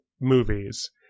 movies